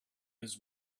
his